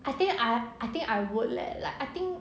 I think I I think I would leh like I think